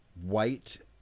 white